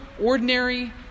ordinary